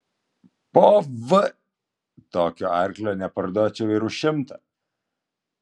po v tokio arklio neparduočiau ir už šimtą